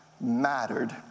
mattered